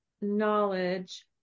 knowledge